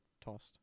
tossed